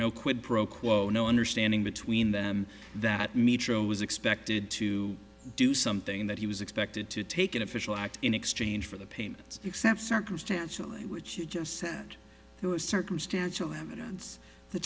no quid pro quo no understanding between them that mito is expected to do something that he was expected to take an official act in exchange for the pay except circumstantially which you just said circumstantial evidence the